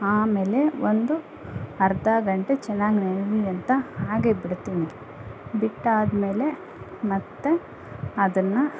ಆಮೇಲೆ ಒಂದು ಅರ್ಧ ಗಂಟೆ ಚೆನ್ನಾಗಿ ನೆನಿಲಿ ಅಂತ ಹಾಗೆ ಬಿಡ್ತೀನಿ ಬಿಟ್ಟಾದಮೇಲೆ ಮತ್ತೆ ಅದನ್ನು